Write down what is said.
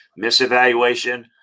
misevaluation